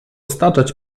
staczać